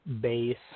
base